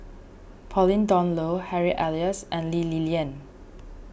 Pauline Dawn Loh Harry Elias and Lee Li Lian